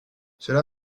cela